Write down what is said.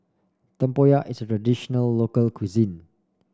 tempoyak is a traditional local cuisine